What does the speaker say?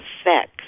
effects